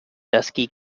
dusky